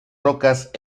rocas